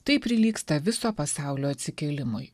tai prilygsta viso pasaulio atsikėlimui